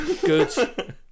Good